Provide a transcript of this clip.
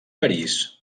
parís